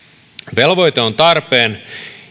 velvoite on tarpeen